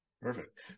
Perfect